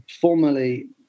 formerly